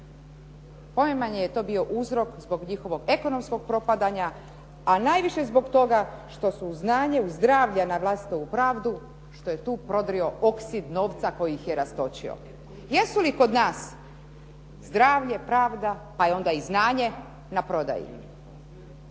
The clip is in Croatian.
ponajmanje je to bio uzrok zbog njihovog ekonomskog propadanja a najviše zbog toga što su znanje u zdravlje a na vlastitu pravdu što je tu prodrio oksid novca koji ih je rastočio. Jesu li kod nas zdravlje, pravda pa onda i znanje na prodaju?